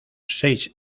seis